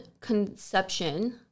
conception